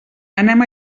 anem